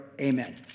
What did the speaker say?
amen